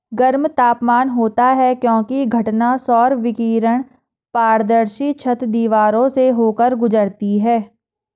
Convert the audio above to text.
गर्म तापमान होता है क्योंकि घटना सौर विकिरण पारदर्शी छत, दीवारों से होकर गुजरती है